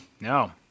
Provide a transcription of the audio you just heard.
No